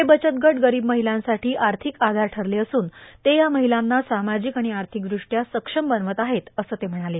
हे बचत गट गरीब महिलांसाठी आर्थिक आधार ठरले असून ते या महिलांना सामाजिक आणि आर्थिकदृष्ट्या सक्षम बनवत आहेत असं ते म्हणाले